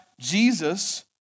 Jesus